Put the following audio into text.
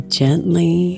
gently